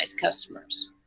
customers